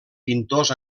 pintors